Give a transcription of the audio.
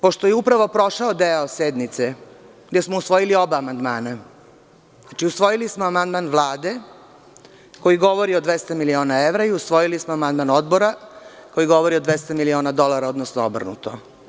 Pošto je upravo prošao deo sednice, gde smo usvojili oba amandmana, znači usvojili smo amandman Vlade, koji govori o 200 miliona evra i usvojili smo amandman Odbora koji govori o 200 miliona dolara, odnosno obrnuto.